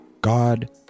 god